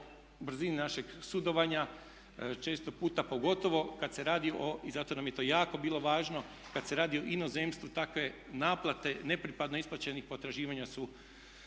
brzini našeg sudovanja. Često puta pogotovo kad se radi o, i zato nam je to jako bilo važno, kad se radi o inozemstvu. Takve naplate nepripadno isplaćenih potraživanja su